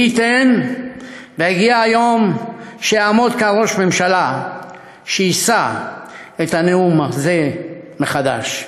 מי ייתן ויגיע היום שיעמוד כאן ראש ממשלה שיישא את הנאום הזה מחדש.